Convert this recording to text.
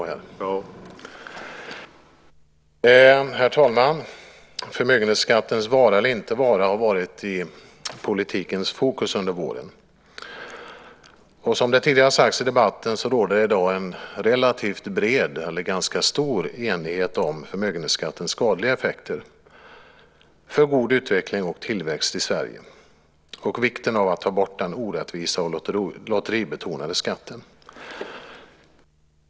Herr talman! Förmögenhetsskattens vara eller inte vara har varit i politikens fokus under våren. Som det tidigare har sagts i debatten råder det i dag en relativt stor enighet om förmögenhetsskattens skadliga effekter för god utveckling och tillväxt i Sverige och vikten av att ta bort den orättvisa och lotteribetonade skatten.